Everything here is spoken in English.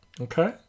Okay